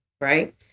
right